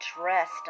dressed